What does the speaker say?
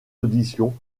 auditions